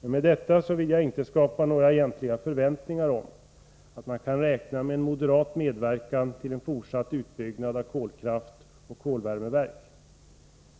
Med detta vill jag inte skapa några egentliga förväntningar om att man kan räkna med en moderat medverkan till en fortsatt utbyggnad av kolkraft och kolvärmeverk.